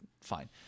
fine